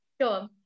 Sure